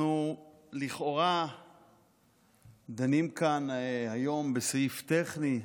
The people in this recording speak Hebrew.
אנחנו לכאורה דנים כאן היום בסעיף טכני,